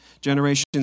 Generations